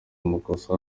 amakosa